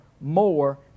more